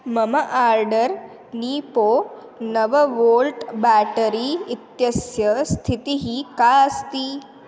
मम आर्डर् नीपो नव volt battery इत्यस्य स्थितिः का अस्ति